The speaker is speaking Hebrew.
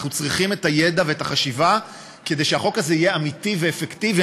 אנחנו צריכים את הידע ואת החשיבה כדי שהחוק הזה יהיה אמיתי ואפקטיבי.